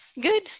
Good